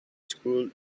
school